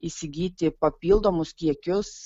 įsigyti papildomus kiekius